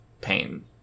pain